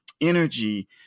energy